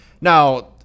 Now